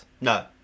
No